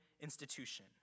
institution